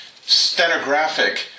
stenographic